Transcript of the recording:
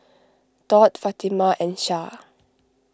Daud Fatimah and Shah